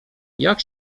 jak